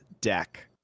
deck